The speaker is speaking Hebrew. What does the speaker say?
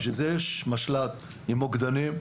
לשם כך יש משלט עם מוקדנים.